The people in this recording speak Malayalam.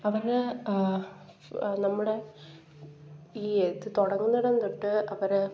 അവർ നമ്മുടെ ഈ തുടങ്ങുന്നെടം തൊട്ട് അവർ